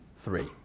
three